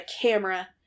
camera